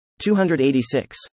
286